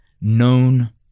known